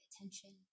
attention